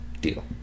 deal